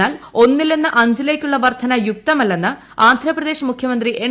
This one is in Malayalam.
എന്നാൽ ഒന്നിൽ നിന്ന് അഞ്ചിലേയ്ക്കുള്ള പ്രദ്ധന യുക്തമല്ലെന്ന് ആന്ധ്രാപ്രദേശ് മുഖ്യമന്ത്രി എൻ